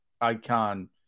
icon